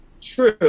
true